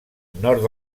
nord